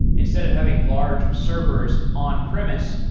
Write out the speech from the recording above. instead of having large servers on-premise,